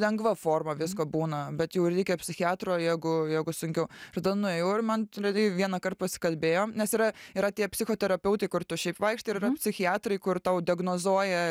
lengva forma visko būna bet jau reikia psichiatro jeigu jeigu sunkiau ir tada nuėjau ir man realiai vienąkart pasikalbėjom nes yra yra tie psichoterapeutai kur tu šiaip vaikštai ir yra psichiatrai kur tau diagnozuoja